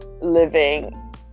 living